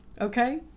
Okay